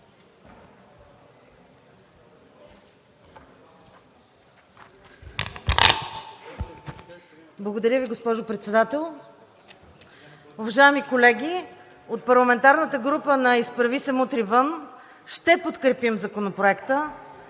Благодаря Ви, госпожо Председател. Уважаеми колеги, от парламентарната група на „Изправи се! Мутри вън!“ ще подкрепим Законопроекта,